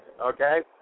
okay